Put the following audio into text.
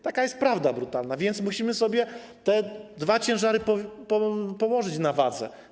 Taka jest brutalna prawda, więc musimy sobie te dwa ciężary położyć na wadze.